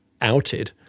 outed